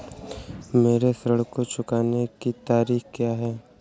मेरे ऋण को चुकाने की तारीख़ क्या है?